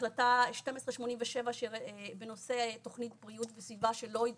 החלטה 1287 בנושא תוכנית בריאות וסביבה שלא בוצעה,